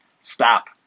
stop